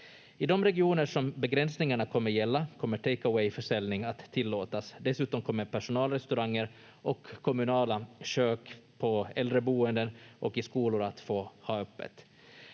I de regioner som begränsningarna kommer gälla kommer take away-försäljning att tillåtas. Dessutom kommer personalrestauranger och kommunala kök på äldreboenden och i skolor att få ha öppet.